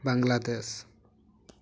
Bangladesh